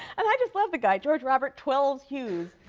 i just love the guy. george robert twelves hughes